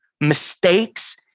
mistakes